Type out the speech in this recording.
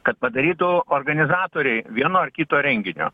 kad padarytų organizatoriai vieno ar kito renginio